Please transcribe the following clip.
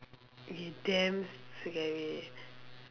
eh damn scary eh